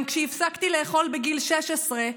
גם כשהפסקתי לאכול בגיל 16,